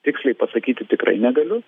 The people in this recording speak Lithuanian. tiksliai pasakyti tikrai negaliu